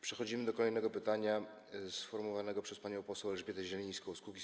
Przechodzimy do kolejnego pytania sformułowanego przez panią poseł Elżbietę Zielińską z Kukiz’15.